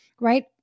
right